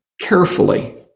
carefully